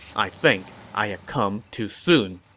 i think i have come too soon.